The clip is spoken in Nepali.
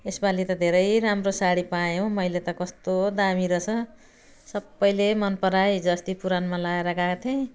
यस पालि त धेरै राम्रो साडी पाएँ हौ मैले त कस्तो दामी रहेछ सबैले मनपरायो हिजोअस्ति पुराणमा लाएर गएको थिएँ